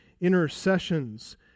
intercessions